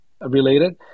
related